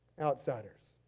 Outsiders